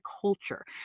culture